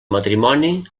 matrimoni